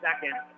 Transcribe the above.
second